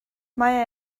mae